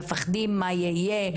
הם מפחדים מה יהיה,